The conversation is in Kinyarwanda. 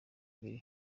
biri